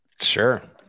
Sure